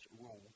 rule